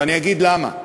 ואני אגיד למה: